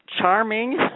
charming